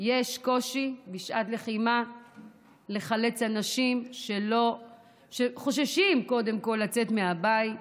שיש קושי בשעת לחימה לחלץ אנשים שחוששים קודם כול לצאת מהבית.